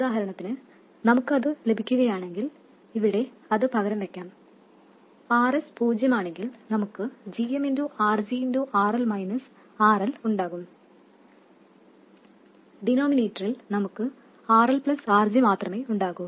ഉദാഹരണത്തിന് നമുക്ക് അത് ലഭിക്കുകയാണെങ്കിൽ ഇവിടെ അത് പകരം വയ്ക്കാം Rs പൂജ്യമാണെങ്കിൽ നമുക്ക് gm RG RL - RL ഉണ്ടാകും ഡിനോമിനേറ്ററിൽ നമുക്ക് RL RG മാത്രമേ ഉണ്ടാകൂ